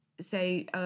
say –